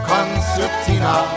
Concertina